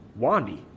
wandy